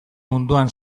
munduan